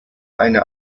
eine